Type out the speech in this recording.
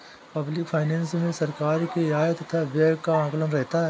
public finance मे सरकार के आय तथा व्यय का आकलन रहता है